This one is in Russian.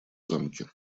замке